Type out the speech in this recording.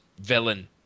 villain